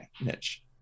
niche